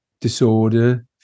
disorder